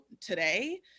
today